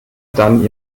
dann